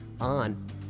on